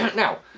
now.